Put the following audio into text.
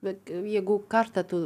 bet jeigu kartą tu